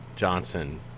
Johnson